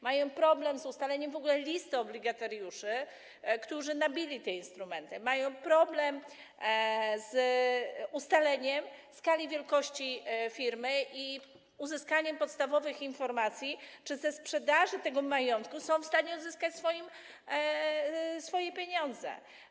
Mają w ogóle problem z ustaleniem listy obligatariuszy, którzy nabyli te instrumenty, mają problem z ustaleniem skali wielkości firmy i uzyskaniem podstawowych informacji, czy ze sprzedaży tego majątku są w stanie odzyskać swoje pieniądze.